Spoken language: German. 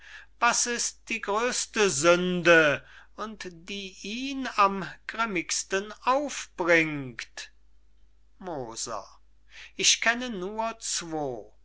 was ist die gröste sünde und die ihn am grimmigsten aufbringt moser ich kenne nur zwo